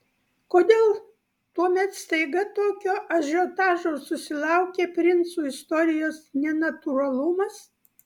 kodėl tuomet staiga tokio ažiotažo susilaukė princų istorijos nenatūralumas